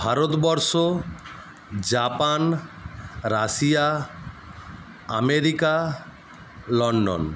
Bharatvarsha Japan Russia America London